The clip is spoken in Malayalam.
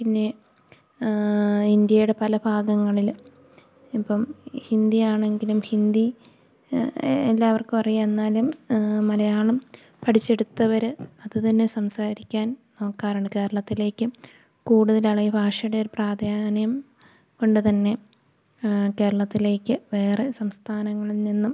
പിന്നെ ഇന്ത്യയുടെ പല ഭാഗങ്ങളില് ഇപ്പോള് ഹിന്ദിയാണെങ്കിലും ഹിന്ദി എല്ലാവർക്കറിയാം എന്നാലും മലയാളം പഠിച്ചെടുത്തവര് അതു തന്നെ സംസാരിക്കാൻ നോക്കാറുണ്ട് കേരളത്തിലേക്കും കൂടുതലാള് ഭാഷയുടെയൊരു പ്രാധാന്യം കൊണ്ടു തന്നെ കേരളത്തിലേക്കു വേറെ സംസ്ഥാനങ്ങളില്നിന്നും